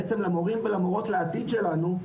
בעצם למורים ולמורות לעתיד שלנו,